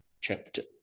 chapter